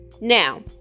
now